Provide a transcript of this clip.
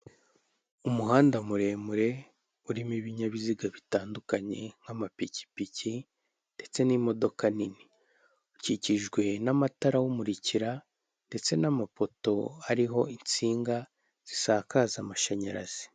Umuhanda muremure urimo ibinyabiziga bitandukanye nk'amapikipiki ndetse n'imodoka nini ukikijwe n'amatara awumurikira ndetse n'amapoto ari insinga zisakaza amashanyarazi.